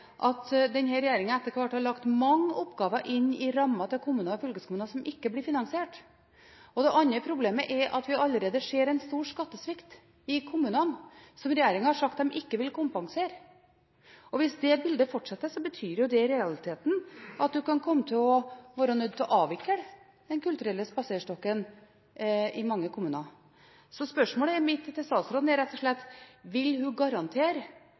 kutte den ordningen. Så inngikk en et forlik der en har lagt statens midler til dette prosjektet inn i fylkeskommunens ramme. Men det er to problemer med det. Det ene er at denne regjeringen etter hvert har lagt mange oppgaver inn i kommunenes og fylkeskommunenes rammer som ikke blir finansiert, og det andre er at vi allerede ser en stor skattesvikt i kommunene som regjeringen har sagt at den ikke vil kompensere. Hvis dette bildet fortsetter, betyr det i realiteten at en blir nødt til å avvikle Den kulturelle spaserstokken i mange kommuner.